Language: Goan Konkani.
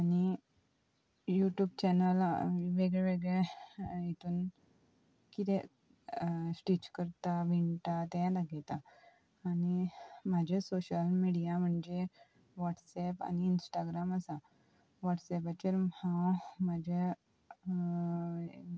आनी युट्यूब चॅनल वेगळे वेगळे हितून कितें स्टिच करता विणटा तें लागता आनी म्हाजे सोशल मिडिया म्हणजे वॉट्सऍप आनी इंस्टाग्राम आसा वॉट्सॅपाचेर हांव म्हाजे